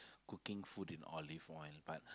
cooking food in olive oil but